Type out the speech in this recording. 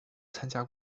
参加